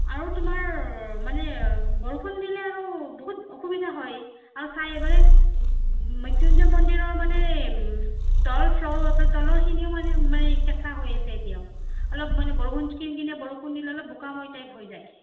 আৰু তোমাৰ মানে বৰষুণ দিলে আৰু বহুত অসুবিধা হয় আৰু চাৰিওফালে মৃত্যুঞ্জয় মন্দিৰৰ মানে তল ফ্লৰ তলৰ খিনিও মানে কেঁচা হৈ আছে এতিয়াও অলপ মানে কিনকিনীয়া বৰষুন দিলে অলপ বোকাময় হৈ যায়